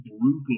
brutal